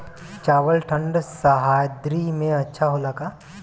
चावल ठंढ सह्याद्री में अच्छा होला का?